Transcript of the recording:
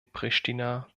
pristina